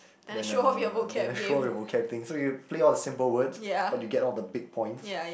then a then a show with vocab thing so you play all the simple words but you get all the big points